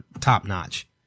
top-notch